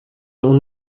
اون